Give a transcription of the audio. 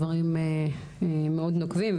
דברים מאוד נוקבים.